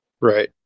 Right